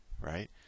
right